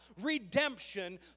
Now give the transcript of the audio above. redemption